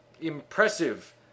Impressive